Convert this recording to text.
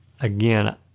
again